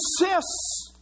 insists